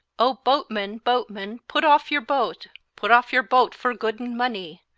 o boatman, boatman, put off your boat, put off your boat for gouden money!